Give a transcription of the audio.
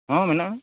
ᱦᱮᱸ ᱢᱮᱱᱟᱜᱼᱟ